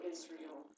Israel